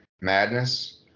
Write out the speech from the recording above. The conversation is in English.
madness